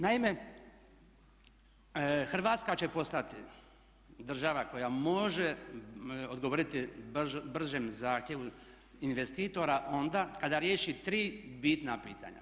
Naime, Hrvatska će postati država koja može odgovoriti bržem zahtjevu investitora onda kada riješi tri bitna pitanja.